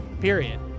period